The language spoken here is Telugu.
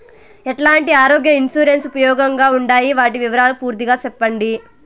ఎట్లాంటి ఆరోగ్య ఇన్సూరెన్సు ఉపయోగం గా ఉండాయి వాటి వివరాలు పూర్తిగా సెప్పండి?